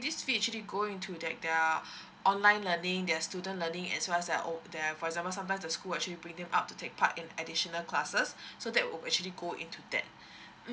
this fee actually go into that their online learning their student learning as well as al~ their for example sometimes the school actually bring them up to take part in additional classes so that would actually go into that